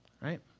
Right